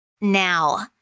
Now